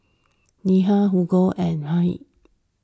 Neha Hugo and Yahir